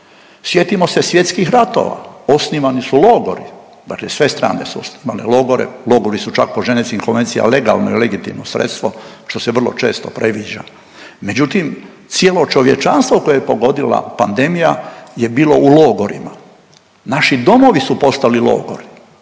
Sjetimo se svjetskih ratova, osnivani su logori, dakle sve strane su osnivale logore, logori su čak po Ženevskim konvencijama legalno i legitimno sredstvo što se vrlo često previđa, međutim cijelo čovječanstvo koje je pogodila pandemija je bilo u logorima. Naši domovi su postali logori